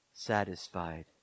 satisfied